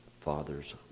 Father's